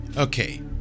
Okay